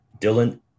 Dylan